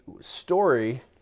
story